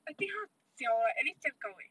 I think 它脚 at least 这样高 leh